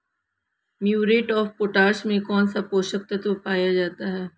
Muriate of potash में कौन सा पोषक तत्व पाया जाता है?